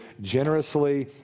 generously